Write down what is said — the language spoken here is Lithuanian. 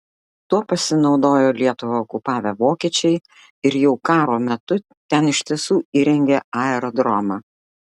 tuo pasinaudojo lietuvą okupavę vokiečiai ir jau karo metu ten iš tiesų įrengė aerodromą